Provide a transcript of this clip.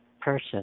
person